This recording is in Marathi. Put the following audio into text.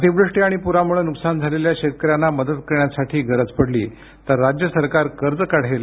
अतिवृष्टी आणि पूरामूळे नुकसान झालेल्या शेतकऱ्यांना मदत करण्यासाठी गरज पडली तर राज्य सरकार कर्ज काढेल